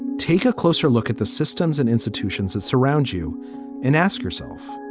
take a closer look at the systems and institutions that surround you and ask yourself,